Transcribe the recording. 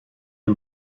les